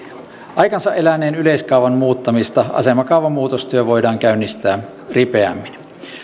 aikansa eläneen yleiskaavan muuttamista vaan asemakaavan muutostyö voidaan käynnistää ripeämmin